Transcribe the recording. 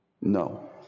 no